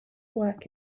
work